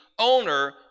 Owner